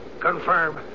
Confirm